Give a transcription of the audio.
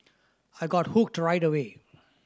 I got hooked right away